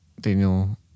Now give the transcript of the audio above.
Daniel